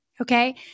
Okay